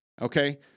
okay